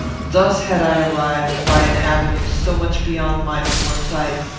thus had i arrived, by an avenue so much beyond my foresight,